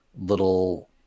little